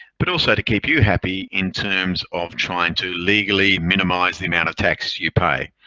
but also to keep you happy in terms of trying to legally minimize the amount of tax you pay.